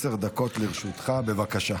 עשר דקות לרשותך, בבקשה.